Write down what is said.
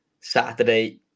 Saturday